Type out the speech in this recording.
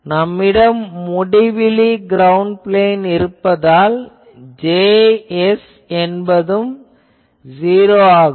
நம்மிடம் முடிவிலி ground plane இருப்பதால் Js என்பது '0' ஆகும்